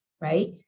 right